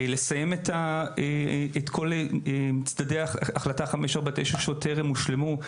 לסיים את צדדי החלטה 549 שטרם הושלמו,